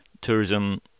tourism